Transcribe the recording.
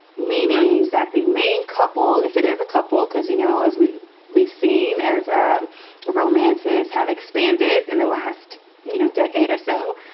meaning that the main couple, if it is a couple, because, you know, as we've we've seen as ah romances have expanded in the last you know decade or so,